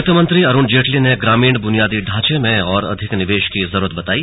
वित्त मंत्री अरुण जेटली ने ग्रामीण बुनियादी ढांचे में और अधिक निवेश की जरूरत बताई